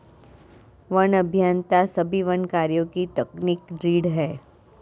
one अभियंता सभी वन कार्यों की तकनीकी रीढ़ हैं